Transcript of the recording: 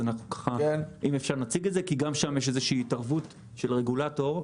כי גם שם יש איזושהי התערבות של רגולטור.